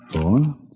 four